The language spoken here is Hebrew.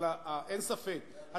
אין ספק.